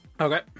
Okay